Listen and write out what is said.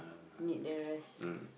meet the rest